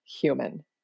human